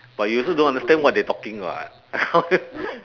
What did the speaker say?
but you also don't understand what they talking what